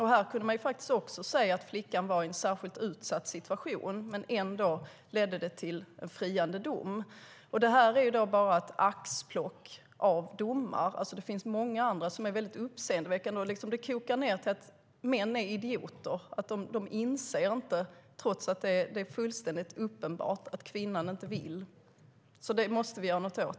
Här kunde man också se att flickan var i en särskilt utsatt situation, men ändå ledde det till en friande dom. Det här är bara ett axplock av domar. Det finns många andra som är väldigt uppseendeväckande. Det kokar ned till att män är idioter. De inser inte, trots att det är fullständigt uppenbart, att kvinnan inte vill. Detta måste vi göra något åt.